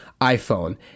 iPhone